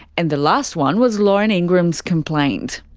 and the last one was lauren ingram's complaint.